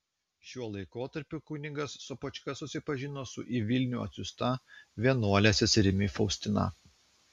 šiuo laikotarpiu kunigas sopočka susipažino su į vilnių atsiųsta vienuole seserimi faustina